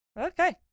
Okay